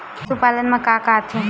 पशुपालन मा का का आथे?